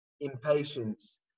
impatience